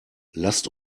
lasst